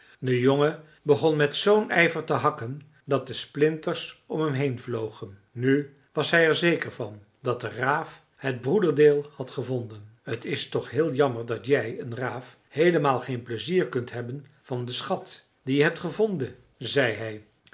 de jongen begon met zoo'n ijver te hakken dat de splinters om hem heen vlogen nu was hij er zeker van dat de raaf het broederdeel had gevonden t is toch heel jammer dat jij een raaf heelemaal geen pleizier kunt hebben van den schat dien je hebt gevonden zei hij